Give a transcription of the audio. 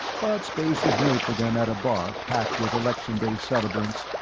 but space was made for them at a bar packed with election day celebrants,